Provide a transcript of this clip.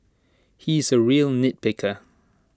he is A real nitpicker